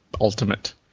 ultimate